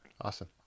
Awesome